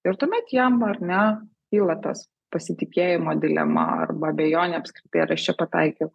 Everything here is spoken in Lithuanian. ir tuomet jam ar ne kyla tas pasitikėjimo dilema arba abejonė apskritai ar aš čia pataikiau